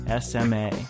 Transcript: SMA